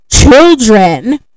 children